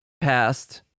passed